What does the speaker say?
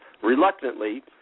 reluctantly